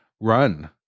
run